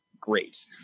great